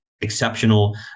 exceptional